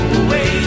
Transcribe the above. away